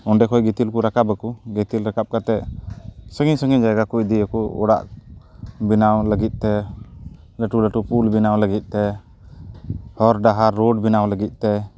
ᱚᱸᱰᱮ ᱠᱷᱚᱱ ᱜᱤᱛᱤᱞ ᱠᱚ ᱨᱟᱠᱟᱵᱟᱠᱚ ᱜᱤᱛᱤᱞ ᱨᱟᱠᱟᱵ ᱠᱟᱛᱮᱜ ᱥᱟᱺᱜᱤᱧᱼᱥᱟᱺᱜᱤᱧ ᱡᱟᱭᱜᱟ ᱠᱚ ᱤᱫᱤᱭᱟᱠᱚ ᱚᱲᱟᱜ ᱵᱮᱱᱟᱣ ᱞᱟᱹᱜᱤᱫ ᱛᱮ ᱞᱟᱹᱴᱩᱼᱞᱟᱹᱴᱩ ᱯᱩᱞ ᱵᱮᱱᱟᱣ ᱞᱟᱹᱜᱤᱫ ᱛᱮ ᱦᱚᱨ ᱰᱟᱦᱟᱨ ᱨᱳᱰ ᱵᱮᱱᱟᱣ ᱞᱟᱹᱜᱤᱫ ᱛᱮ